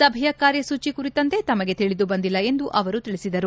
ಸಭೆಯ ಕಾರ್ಯಸೂಚಿ ಕುರಿತಂತೆ ತಮಗೆ ತಿಳಿದು ಬಂದಿಲ್ಲ ಎಂದು ಅವರು ತಿಳಿಸಿದರು